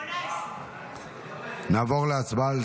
18. נעבור להצבעה על